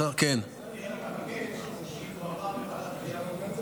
רק אעדכן שהועבר לוועדת עלייה,